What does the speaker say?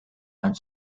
and